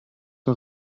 der